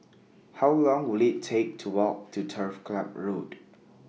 How Long Will IT Take to Walk to Turf Club Road